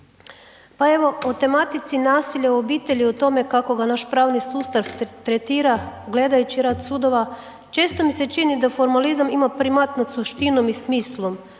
pa evo o tematici nasilja u obitelji, o tome kako ga naš pravni sustav tretira gledajući rad sudova često mi se čini da formalizam ima …/Govornik se ne razumije/… suštinom i smislom,